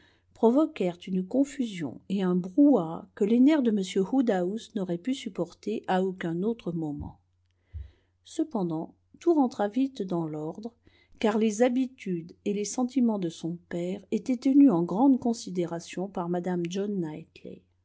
provoquèrent une confusion et un brouhaha que les nerfs de m woodhouse n'aurait pu supporter à aucun autre moment cependant tout rentra vite dans l'ordre car les habitudes et les sentiments de son père étaient tenus en grande considération par mme john